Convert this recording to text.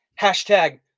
hashtag